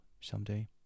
Someday